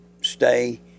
stay